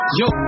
yo